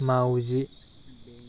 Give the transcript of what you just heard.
माउजि